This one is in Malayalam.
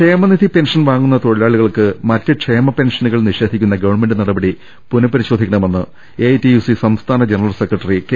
ക്ഷേമനിധി പെൻഷൻ വാങ്ങുന്ന തൊഴിലാളികൾക്ക് മറ്റ് ക്ഷേമ പെൻഷനുകൾ നിഷേധിക്കുന്ന ഗവൺമെന്റ് നടപടി പുനപരിശോ ധിക്കണമെന്ന് എഐടിയുസി സംസ്ഥാന ജനറൽ സെക്രട്ടറി കെ